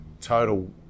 total